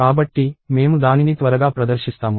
కాబట్టి మేము దానిని త్వరగా ప్రదర్శిస్తాము